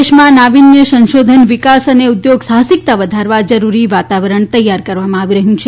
દેશમાં નાવીન્ય સંશોધન વિકાસ અને ઉદ્યોગ સાહસિકતા વધારવા જરૂરી વાતાવરણ તૈયાર કરવામાં આવી રહ્યું છે